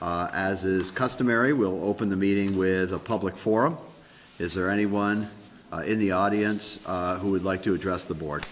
as is customary we'll open the meeting with a public forum is there anyone in the audience who would like to address the board